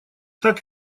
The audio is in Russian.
так